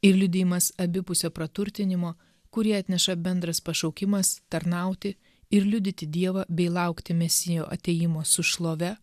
ir liudijimas abipusio praturtinimo kurį atneša bendras pašaukimas tarnauti ir liudyti dievą bei laukti mesijo atėjimo su šlove